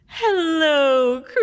Hello